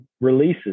releases